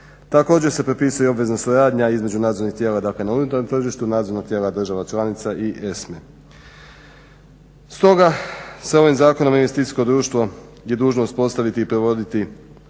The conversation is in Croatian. Također se propisuje i obvezna suradnja između nadzornih tijela na unutarnjem tržištu, nadzornog tijela država članica i ESM-a. Stoga se ovim zakonom investicijsko društvo je dužno uspostaviti i provoditi